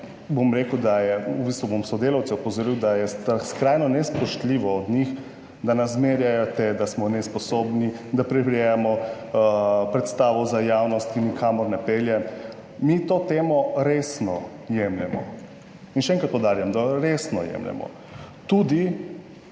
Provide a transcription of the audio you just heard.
bom rekel, da je, v bistvu bom sodelavce opozoril, da je skrajno nespoštljivo od njih, da nas zmerjate, da smo nesposobni, da prirejamo predstavo za javnost, ki nikamor ne pelje. Mi to temo resno jemljemo in še enkrat poudarjam, da resno jemljemo tudi